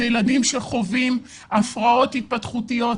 אלה ילדים שחווים הפרעות התפתחותיות,